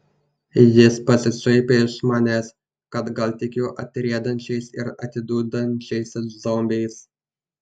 jis pasišaipė iš manęs kad gal tikiu atriedančiais ir atidundančiais zombiais